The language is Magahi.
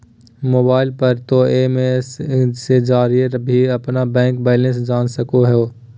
मोबाइल पर तों एस.एम.एस के जरिए भी अपन बैंक बैलेंस जान सको हो